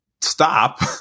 stop